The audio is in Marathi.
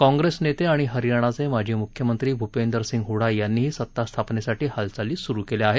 काँग्रेस नेते आणि हरयाणाचे माजी मुख्यमंत्री भूपेंदर सिंग हुडा यांनीही सत्तास्थापनेसाठी हालचाली सुरु केल्या आहेत